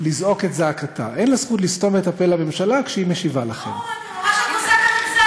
שהוא הקשיב קשב רב לדוברים ועכשיו הוא מתכוון להשיב.